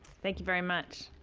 thank you very much.